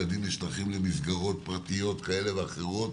ילדים נשלחים למסגרות פרטיות כאלה ואחרות